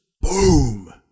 boom